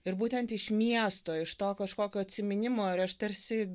ir būtent iš miesto iš to kažkokio atsiminimo ar aš tarsi